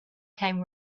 came